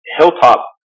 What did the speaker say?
Hilltop